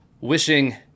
Wishing